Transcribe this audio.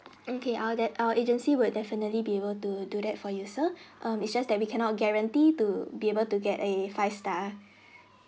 okay our that our agency will definitely be able to do that for you sir um it's just that we cannot guarantee to be able to get a five star